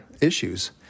issues